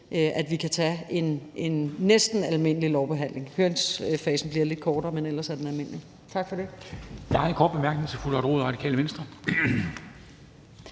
at vi kan foretage en næsten almindelig lovbehandling; høringsfasen bliver lidt kortere, men ellers er den almindelig.